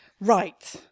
Right